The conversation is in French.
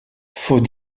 faut